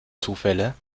zufälle